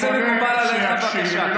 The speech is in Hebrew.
אם זה מקובל עליך, בבקשה.